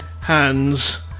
hands